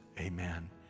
amen